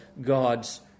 God's